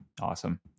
Awesome